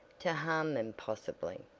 to harm them possibly.